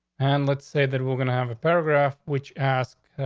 and let's say that we're gonna have a paragraph which ask,